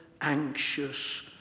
anxious